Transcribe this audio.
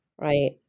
Right